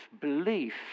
belief